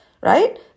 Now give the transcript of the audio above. right